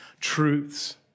truths